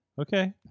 okay